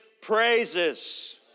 praises